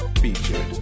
featured